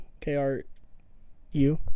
K-R-U